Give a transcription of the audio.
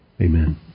Amen